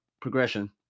progression